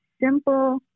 simple